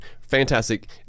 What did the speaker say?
fantastic